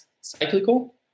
cyclical